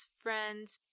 friends